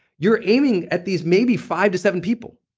you're aiming at these maybe five to seven people,